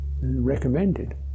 recommended